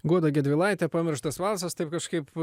goda gedvilaitė pamirštas valsas taip kažkaip